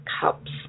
cups